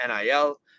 NIL